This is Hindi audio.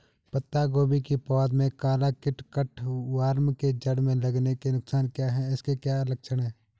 पत्ता गोभी की पौध में काला कीट कट वार्म के जड़ में लगने के नुकसान क्या हैं इसके क्या लक्षण हैं?